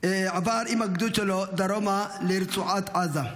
עבר עם הגדוד שלו דרומה לרצועת עזה.